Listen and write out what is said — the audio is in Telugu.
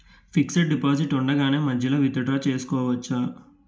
ఫిక్సడ్ డెపోసిట్ ఉండగానే మధ్యలో విత్ డ్రా చేసుకోవచ్చా?